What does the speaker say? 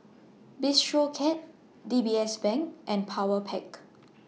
Bistro Cat D B S Bank and Powerpac